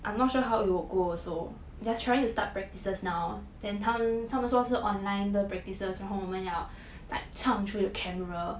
I'm not sure how it go also they are trying to start practices now then 他们他们说是 online 的 practices 然后我们要 like 唱 through the camera